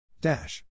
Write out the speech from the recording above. Dash